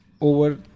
over